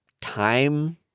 time